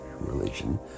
religion